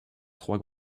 trois